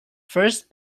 first